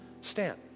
Stand